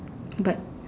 but